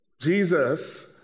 Jesus